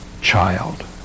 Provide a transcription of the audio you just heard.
child